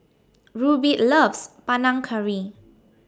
Rubie loves Panang Curry